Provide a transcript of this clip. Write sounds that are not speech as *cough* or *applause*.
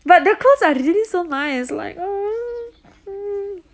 but their clothes are really so nice like *noise*